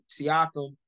Siakam